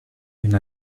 una